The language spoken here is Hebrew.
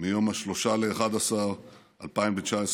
מיום 3 בנובמבר 2019,